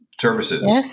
services